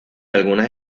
algunas